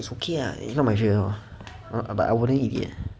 it's okay lah it's not my favourite lah but I wouldn't eat it leh